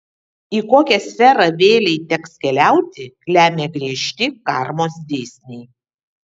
į kokią sferą vėlei teks keliauti lemia griežti karmos dėsniai